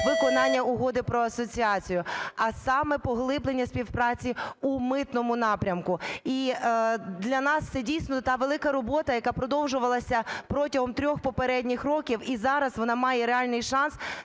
виконання Угоди про асоціацію, а саме поглиблення співпраці у митному напрямку. І для нас це дійсно та велика робота, яка продовжувалося протягом трьох попередніх років, і зараз вона має реальний шанс,